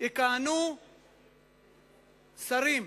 יכהנו שרים,